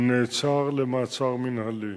הוא נעצר במעצר מינהלי.